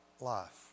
life